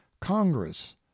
congress